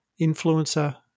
influencer